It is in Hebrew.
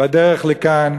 בדרך לכאן,